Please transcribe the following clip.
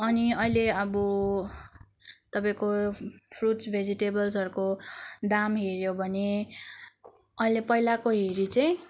अनि अहिले अब तपाईँको फ्रुट्स भेजिटेबल्सहरूको दाम हेऱ्यो भने अहिले पहिलाको हेरी चाहिँ